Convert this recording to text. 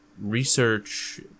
research